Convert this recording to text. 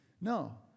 No